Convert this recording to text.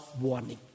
warning